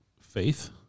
faith